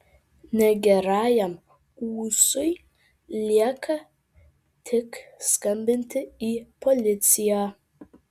negerajam ūsui lieka tik skambinti į policiją